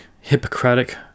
hippocratic